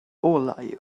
olau